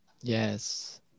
Yes